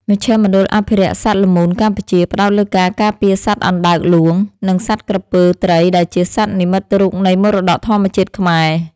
មជ្ឈមណ្ឌលអភិរក្សសត្វល្មូនកម្ពុជា ផ្ដោតលើការការពារសត្វអណ្តើកហ្លួង និងសត្វក្រពើត្រីដែលជាសត្វនិមិត្តរូបនៃមរតកធម្មជាតិខ្មែរ។